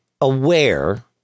aware